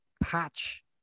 patch